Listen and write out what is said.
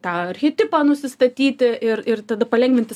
tą archetipą nusistatyti ir ir tada palengvinti